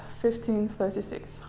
1536